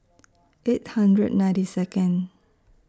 eight hundred ninety Second